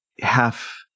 half